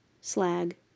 Slag